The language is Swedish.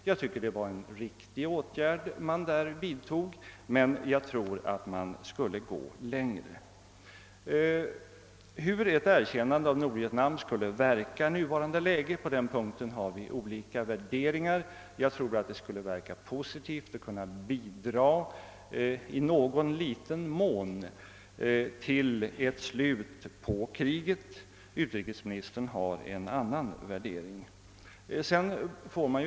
Jag tycker att detta var en riktig åtgärd, men jag tror att man borde gå längre. I frågan om hur ett erkännande av Nordvietnam skulle verka i nuvarande läge har vi olika värderingar. Jag tror att ett sådant erkännande skulle verka positivt och i någon liten mån bidra tili ett slut på kriget. Utrikesministern har en annan värdering.